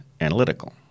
analytical